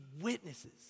witnesses